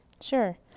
Sure